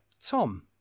Tom